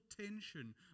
tension